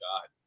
God